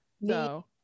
No